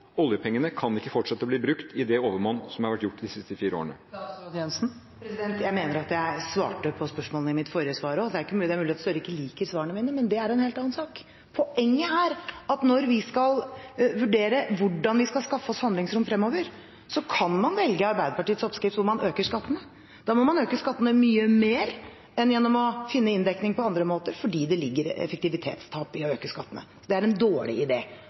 oljepengene kan ikke fortsette å bli brukt i det overmål som det har vært gjort de siste fire årene. Jeg mener at jeg svarte på spørsmålene i mitt forrige svar. Det er mulig at Gahr Støre ikke liker svarene mine, men det er en helt annen sak. Poenget er at når vi skal vurdere hvordan vi skal skaffe oss handlingsrom fremover, kan man velge Arbeiderpartiets oppskrift, hvor man øker skattene. Da må man øke skattene mye mer enn gjennom å finne inndekning på andre måter, fordi det ligger effektivitetstap i å øke skattene. Så det er en dårlig